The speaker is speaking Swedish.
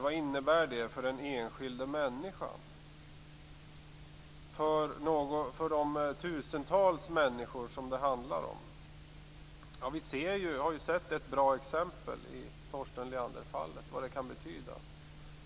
Vad innebär det för den enskilda människan, för de tusentals människor det handlar om? Vi har i fallet Torsten Leander sett ett bra exempel på vad det kan betyda.